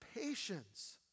patience